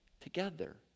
together